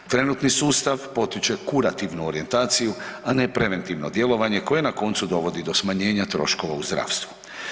Trenutni sustav potiče kurativnu orijentaciju, a ne preventivno djelovanje koje na koncu dovodi do smanjenja troškova u zdravstvu.